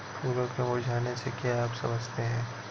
फूलों के मुरझाने से क्या आप समझते हैं?